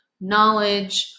knowledge